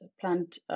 plant